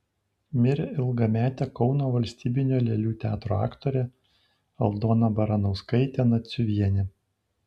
mirė ilgametė kauno valstybinio lėlių teatro aktorė aldona baranauskaitė naciuvienė